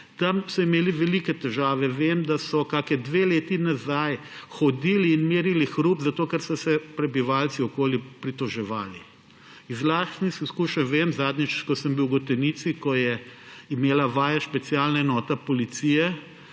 Tam so imeli velike težave. Vem, da so kakšni dve leti nazaj hodili in merili hrup, ker so se prebivalci okoli pritoževali. Iz lastnih izkušenj vem, ko sem bil zadnjič v Gotenici, ko je imela vaje specialna enota policije